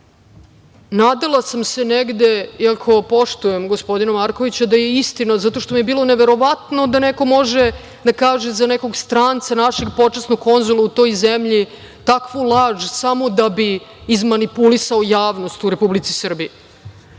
nadala sam se negde, iako poštujem gospodina Markovića, da je istina, zato što mi je bilo neverovatno da neko može da kaže za nekog stranca, našeg počasnog konzula u toj zemlji, takvu laž samo da bi izmanipulisao javnost u Republici Srbiji.